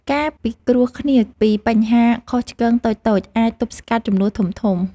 ការពិគ្រោះគ្នាពីបញ្ហាខុសឆ្គងតូចៗអាចទប់ស្កាត់ជម្លោះធំៗ។